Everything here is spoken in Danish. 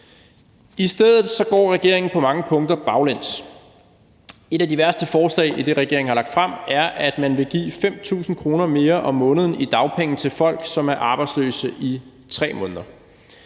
I stedet går regeringen på mange punkter baglæns. Et af de værste forslag i det, regeringen har lagt frem, er, at man vil give 5.000 kr. mere om måneden i dagpenge til folk, som er arbejdsløse i 3 måneder.